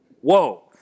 Whoa